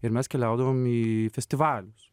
ir mes keliaudavom į festivalius